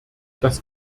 das